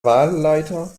wahlleiter